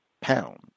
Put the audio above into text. pound